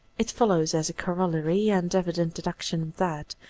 it follows as a corollary and evident deduc tion that,